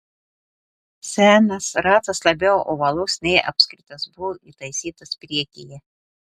senas ratas labiau ovalus nei apskritas buvo įtaisytas priekyje